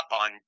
on